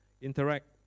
Interact